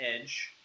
Edge